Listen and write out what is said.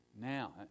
now